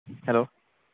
hello